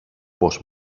πώς